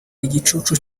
igicucu